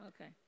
Okay